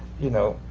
you know?